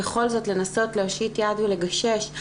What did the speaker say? בכל זאת לנסות להושיט יד ולגשש.